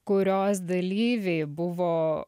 kurios dalyviai buvo